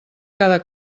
cada